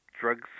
drugs